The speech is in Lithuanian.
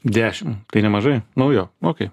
dešimt tai nemažai nu jo okay